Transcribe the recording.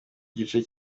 gice